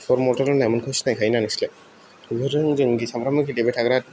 mortal होननायखौथ' सिनायखायोना नोंसोरलाय बिसोरजों जों सानफ्रामबो गेलेबाय थाग्रा